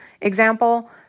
example